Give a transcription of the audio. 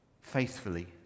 faithfully